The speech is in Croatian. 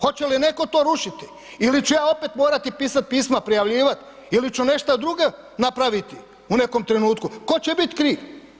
Hoće li netko to rušiti ili ću ja opet morati pisati pisma, prijavljivat ili ću nešto druge napraviti u nekom trenutku, tko će bit' kriv?